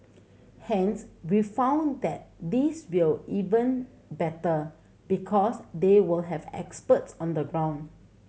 hence we found that this will even better because they will have experts on the ground